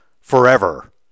forever